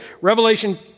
Revelation